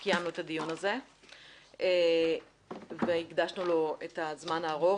קיימנו את הדיון הזה והקדשנו לו את הזמן הארוך.